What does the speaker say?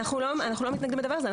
אנחנו לא מתנגדים לדבר הזה.